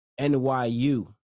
NYU